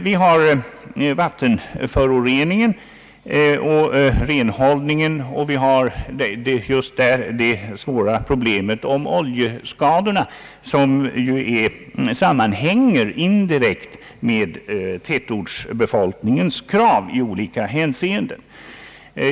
Vi har vidare vattenföroreningen och renhållningen, och där har vi det svåra problemet med oljeskador, som indirekt sammanhänger med tätortsbefolkningens krav i olika hänseenden.